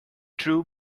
true